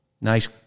nice